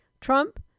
Trump